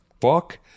fuck